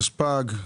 התשפ"ג,